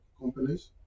companies